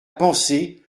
pensée